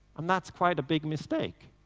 um that's quite a big mistake.